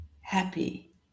happy